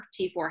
T4